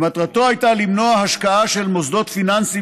שמטרתו הייתה למנוע השקעה של מוסדות פיננסיים